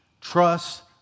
trust